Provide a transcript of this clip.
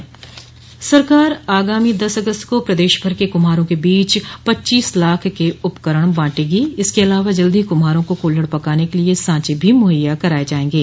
सरकार आगामी दस अगस्त को प्रदेश भर के कुम्हारों के बीच पच्चीस लाख के उपकरण बांटेंगी इसके अलावा जल्द ही कुम्हारों को कुल्हड़ पकाने के लिए सांचे भी मुहैया कराये जायेंगे